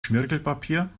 schmirgelpapier